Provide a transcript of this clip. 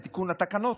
לתיקון התקנון?